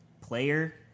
player